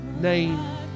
name